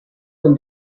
from